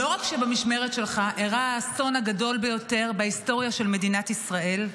לא רק שבמשמרת שלך אירע האסון הגדול ביותר בהיסטוריה של מדינת ישראל,